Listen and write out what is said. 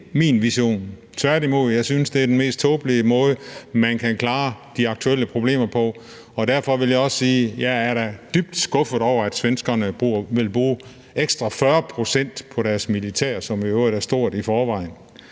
det ikke min vision. Tværtimod synes jeg, det er den mest tåbelige måde, man kan klare de aktuelle problemer på. Derfor vil jeg også sige: Jeg er da dybt skuffet over, at svenskerne vil bruge ekstra 40 pct. på deres militær, som i øvrigt er stort i forvejen,